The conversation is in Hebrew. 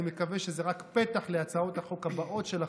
אני מקווה שזה רק פתח להצעות החוק הבאות שלכם,